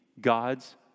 God's